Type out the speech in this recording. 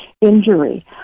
injury